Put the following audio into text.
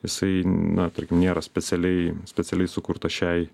jisai na tarkim nėra specialiai specialiai sukurta šiai